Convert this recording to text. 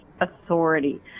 authority